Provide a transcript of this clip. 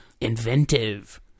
inventive